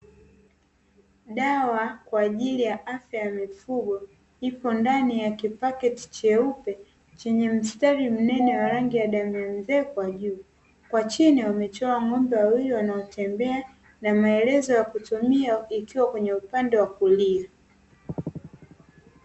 Dawa kwa ajili ya afya ya mifugo, ipo ndani ya kipaketi cheupe chenye mstari mnene wa rangi ya damu ya mzee kwa juu. Kwa chini wamechorwa ng'ombe wawili wanaotembea na maelezo ya kutumia ikiwa kwenye upande wa kulia.